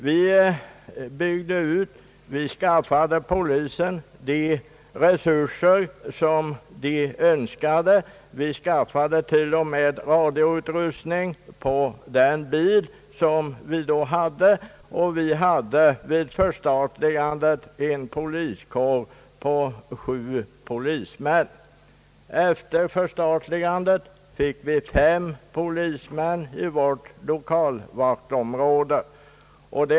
Vi byggde ut, vi skaffade polisen de resurser den önskade, och vi skaffade t.o.m. radioutrustning på den bil vi då hade. Vid förstatligandet utgjordes poliskåren av sju polismän. Efter förstatligandet fick vi fem polismän i vårt lokalvaktområde.